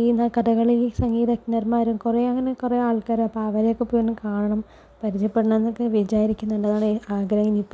ഈ കഥകളി സംഗീതജ്ഞർമാരും കുറേ അങ്ങനെ കുറേ ആൾക്കാര് അപ്പോൾ അവരെയൊക്കെ പോയി ഒന്ന് കാണണം പരിചയപ്പെടണമെന്നൊക്കെ വിചാരിക്കുന്നുണ്ട് അതാണ് ആഗ്രഹം ഇനിയിപ്പോൾ